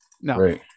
No